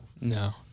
No